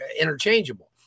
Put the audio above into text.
interchangeable